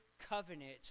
covenant